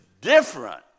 different